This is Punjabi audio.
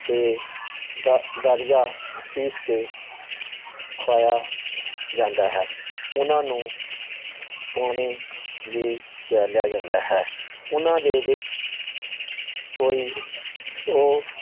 ਅਤੇ ਦ ਦਲੀਆ ਪੀਸ ਕੇ ਖਵਾਇਆ ਜਾਂਦਾ ਹੈ ਉਹਨਾਂ ਨੂੰ ਪਾਣੀ ਵੀ ਪਿਲਾਇਆ ਜਾਂਦਾ ਹੈ ਉਹਨਾਂ ਦੇ ਵਿੱਚ ਕੋਈ ਉਹ